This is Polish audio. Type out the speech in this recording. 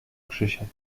krzysiek